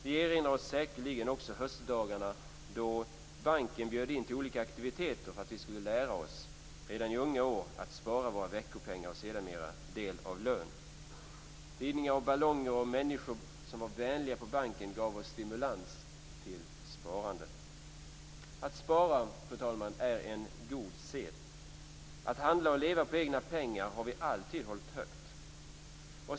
Vi erinrar oss säkerligen också höstdagarna då banken bjöd in till olika aktiviteter för att vi redan i unga år skulle lära oss att spara våra veckopengar och sedermera del av lönen. Tidningar, ballonger och vänliga människor på banken gav oss stimulans till sparande. Att spara, fru talman, är en god sed. Att handla och leva på egna pengar har vi alltid hållit högt.